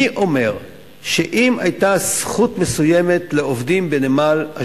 מי אומר שאם היתה זכות מסוימת לעובדים בנמל אשדוד,